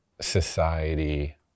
society